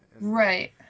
Right